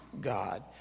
God